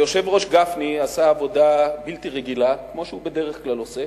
היושב-ראש גפני עשה עבודה בלתי רגילה כמו שהוא בדרך כלל עושה,